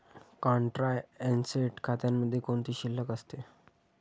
Contra asset खात्यामध्ये कोणती शिल्लक असते?